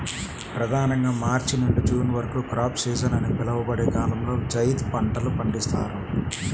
ప్రధానంగా మార్చి నుండి జూన్ వరకు క్రాప్ సీజన్ అని పిలువబడే కాలంలో జైద్ పంటలు పండిస్తారు